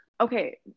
Okay